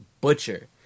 butcher